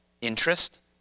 Interest